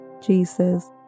Jesus